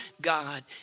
God